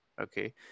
okay